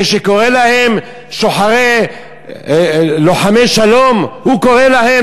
קורא להם "לוחמי שלום" הוא קורא להם,